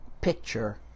picture